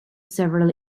several